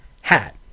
Hat